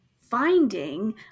finding